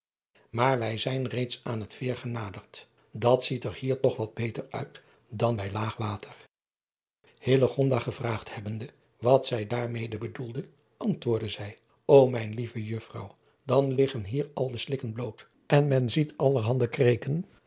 maar wij zijn reeds aan het eer genaderd dat ziet er hier toch wat beter uit dan bij laag water gevraagd hebbende wat zij daarmede bedoelde antwoordde zij o mijn lieve uffrouw dan liggen hier al de slikken bloot en men ziet allerhande slingerende kreken